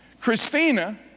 Christina